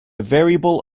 variable